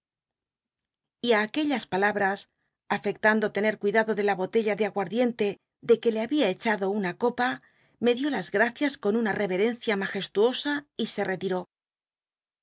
aquellas palabras afectando tener cuidado de la botella de aguard iente de que le babia echado una copa me dió las graeias con una rerercncia majesluosa y se retiró